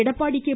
Edappadi K